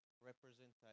representation